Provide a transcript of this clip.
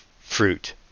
fruit